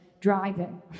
driving